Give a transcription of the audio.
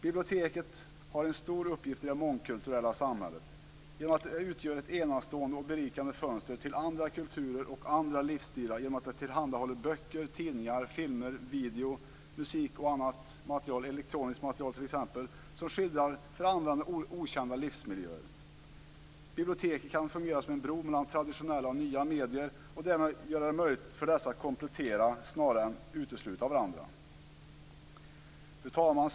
Biblioteket har en stor uppgift i det mångkulturella samhället genom att det utgör ett enastående och berikande fönster till andra kulturer och andra livsstilar genom att tillhandahålla böcker, tidningar, filmer, video, musik och annat t.ex. elektroniskt material som skildrar för användaren okända livsmiljöer. Biblioteket kan fungera som en bro mellan traditionella och nya medier och därmed göra det möjligt för dessa att komplettera snarare än att utesluta varandra. Fru talman!